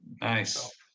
Nice